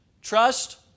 Trust